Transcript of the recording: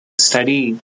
study